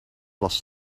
was